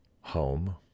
home